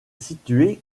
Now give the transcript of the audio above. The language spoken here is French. situé